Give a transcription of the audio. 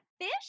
fish